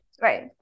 right